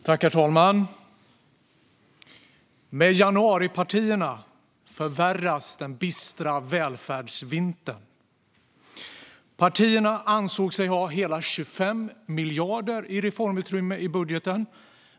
Herr talman! Med januaripartierna förvärras den bistra välfärdsvintern. Partierna ansåg sig ha hela 25 miljarder i reformutrymme i budgeten.